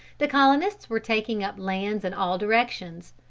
the colonists were taking up lands in all directions.